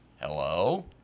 Hello